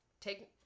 take